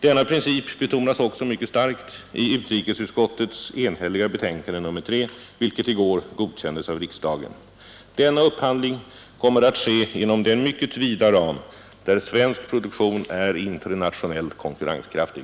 Denna princip betonas också mycket starkt i utrikesutskottets här enhälliga betänkande nr 3, vilket i går godkändes av riksdagen. Denna upphandling kommer att ske inom den mycket vida ram där svensk produktion är internationellt konkurrenskraftig.